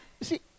see